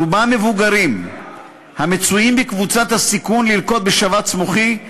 רובם מבוגרים המצויים בקבוצת הסיכון ללקות בשבץ מוחי,